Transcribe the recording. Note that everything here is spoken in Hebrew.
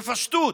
בפשטות,